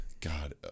God